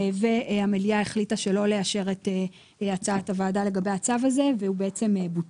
המליאה החליטה לא לאשר אותו והוא בוטל.